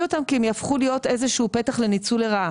אותם כי הם יהפכו להיות איזה שהוא פתח לניצול לרעה.